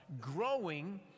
growing